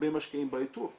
משקיעים הרבה באיתור לגיוס.